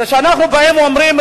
כשאנחנו באים ואומרים,